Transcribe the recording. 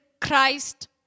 Christ